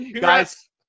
Guys